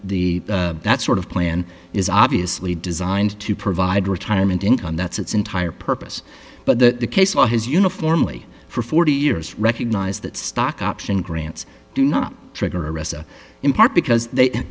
the that sort of plan is obviously designed to provide retirement income that's its entire purpose but the case for his uniformly for forty years recognized that stock option grants do not trigger reza in part because they